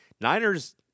Niners